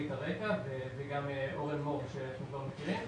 את הרקע וגם לאפשר לאורן מור שאתם כבר מכירים.